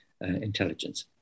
intelligence